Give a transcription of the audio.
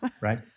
right